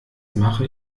mache